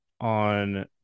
on